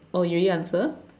oh you already answered